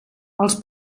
els